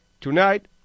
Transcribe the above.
Tonight